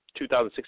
2016